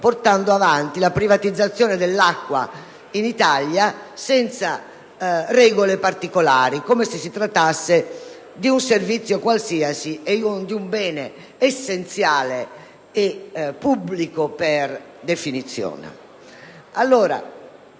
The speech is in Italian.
porta avanti la privatizzazione dell'acqua in Italia senza regole particolari, come se si trattasse di un servizio qualsiasi e non di un bene essenziale e pubblico per definizione. Non